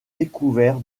découvert